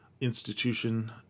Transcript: institution